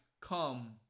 come